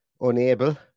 unable